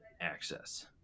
access